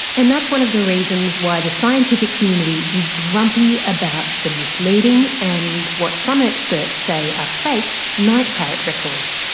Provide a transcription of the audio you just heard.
and that's one of the reasons why the scientific community is grumpy about the misleading and what some experts say are ah fake night parrot records.